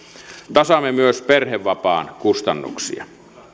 tasaamme myös perhevapaan kustannuksia